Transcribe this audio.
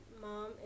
mom